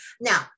now